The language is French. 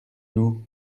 nous